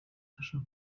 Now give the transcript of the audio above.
tasche